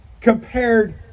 Compared